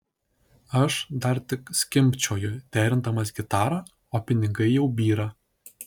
aš dar tik skimbčioju derindamas gitarą o pinigai jau byra